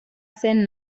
zen